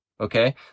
okay